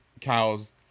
cows